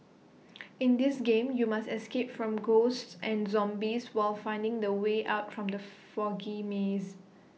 in this game you must escape from ghosts and zombies while finding the way out from the foggy maze